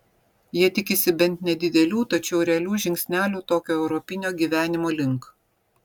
jie tikisi bent nedidelių tačiau realių žingsnelių tokio europinio gyvenimo link